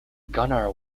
gunnar